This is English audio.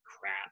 crap